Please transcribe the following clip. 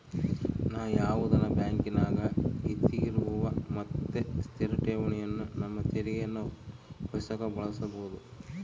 ನಾವು ಯಾವುದನ ಬ್ಯಾಂಕಿನಗ ಹಿತಿರುಗುವ ಮತ್ತೆ ಸ್ಥಿರ ಠೇವಣಿಯನ್ನ ನಮ್ಮ ತೆರಿಗೆಯನ್ನ ಉಳಿಸಕ ಮಾಡಬೊದು